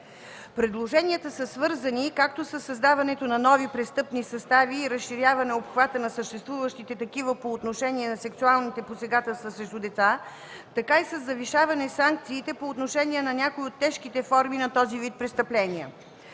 Предложенията са свързани както със създаването на нови престъпни състави и разширяване обхвата на съществуващите такива по отношение на сексуалните посегателства срещу деца, така и със завишаване санкциите по отношение на някои от тежките форми на този вид престъпления.